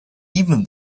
even